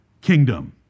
kingdom